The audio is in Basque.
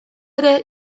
ere